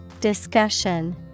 Discussion